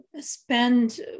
spend